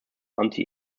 anti